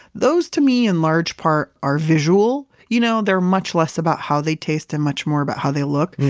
those to me in large part are visual. you know they're much less about how they taste and much more about how they look,